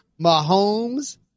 mahomes